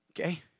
Okay